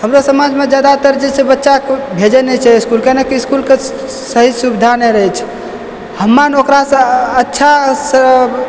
हमरो समझ मे जादातर जे छै बच्चा कोइ भेजै नहि छै इसकुल के ने सही सुबिधा नहि रहै छै हम ओकरासँ अच्छासँ